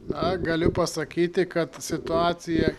na galiu pasakyti kad situacija